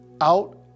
out